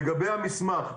לגבי המסמך,